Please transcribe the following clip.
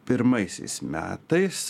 pirmaisiais metais